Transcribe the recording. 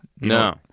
No